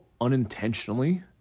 unintentionally